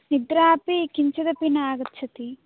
निद्रापि किञ्चिदपि नागच्छति